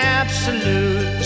absolute